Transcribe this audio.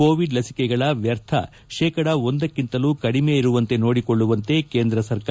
Covid ಲಸಿಕೆಗಳ ವ್ಯರ್ಥ ಶೇಒಂದಕ್ಕಿಂತಲೂ ಕಡಿಮೆ ಇರುವಂತೆ ನೋಡಿಕೊಳ್ಳುವಂತೆ ಕೇಂದ್ರ ಸರ್ಕಾರ